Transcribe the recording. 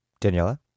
Daniela